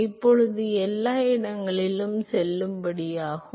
இப்போது இது எல்லா இடங்களிலும் செல்லுபடியாகும்